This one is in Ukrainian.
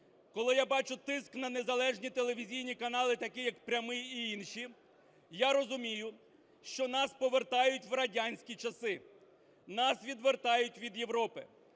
коли я бачу тиск на незалежні телевізійні канали такі, як "Прямий" і інші, я розумію, що нас повертають в радянські часи, нас відвертають від Європи,